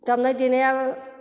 दामनाय देनाया